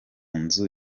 nzu